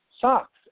socks